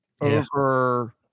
over